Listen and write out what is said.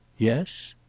yes?